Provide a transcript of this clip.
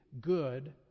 good